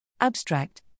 Abstract